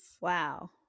Wow